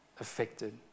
affected